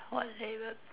what label